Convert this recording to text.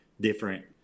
different